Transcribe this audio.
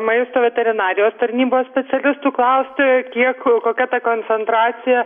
maisto veterinarijos tarnybos specialistų klausti kiek kokia ta koncentracija